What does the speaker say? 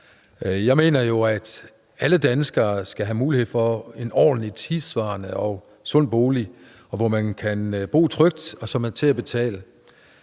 Jeg mener jo, at alle danskere skal have mulighed for at have en ordentlig, tidssvarende og sund bolig, hvor man kan bo trygt, og som er til at betale,